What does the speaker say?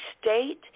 state